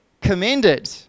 commended